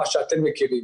מה שאתם מכירים.